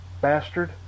bastard